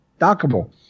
dockable